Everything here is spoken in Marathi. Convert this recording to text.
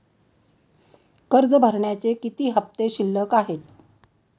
कर्ज भरण्याचे किती हफ्ते शिल्लक आहेत?